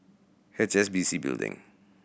H S B C Building